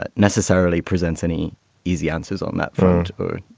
but necessarily presents any easy answers on that food or